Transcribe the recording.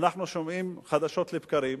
אנחנו שומעים חדשות לבקרים,